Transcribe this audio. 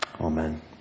Amen